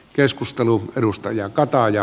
keskustelu perustaja kaataa ja